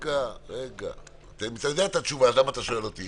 רגע, אם אתה יודע את התשובה אז למה אתה שואל אותי?